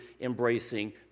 embracing